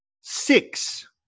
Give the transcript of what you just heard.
Six